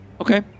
Okay